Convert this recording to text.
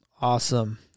Awesome